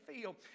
feel